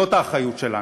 זאת האחריות שלנו.